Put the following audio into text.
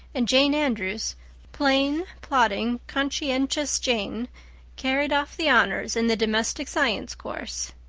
and jane andrews plain, plodding, conscientious jane carried off the honors in the domestic science course.